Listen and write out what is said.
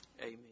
Amen